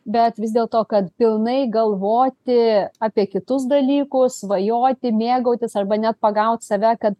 bet vis dėlto kad pilnai galvoti apie kitus dalykus svajoti mėgautis arba net pagaut save kad